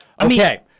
Okay